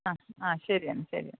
അ ആ ശരി എന്നാൽ ശരി എന്നാൽ